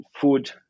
food